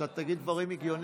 תגיד קצת דברים הגיוניים.